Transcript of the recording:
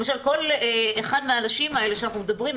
למשל כל אחד מהאנשים האלה שאנחנו מדברים,